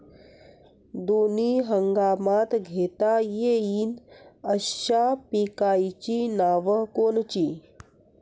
दोनी हंगामात घेता येईन अशा पिकाइची नावं कोनची?